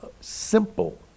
simple